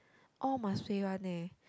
all must pay one leh